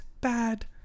bad